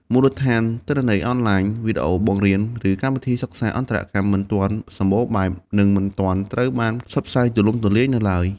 មូលដ្ឋានទិន្នន័យអនឡាញ វីដេអូបង្រៀន ឬកម្មវិធីសិក្សាអន្តរកម្ម មិនទាន់សម្បូរបែប និងមិនទាន់ត្រូវបានផ្សព្វផ្សាយទូលំទូលាយនៅឡើយ។